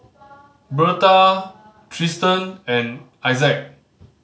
Berta Tristen and Issac